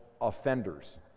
offenders